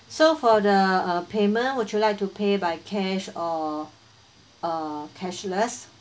so for the uh payment would you like to pay by cash or uh cashless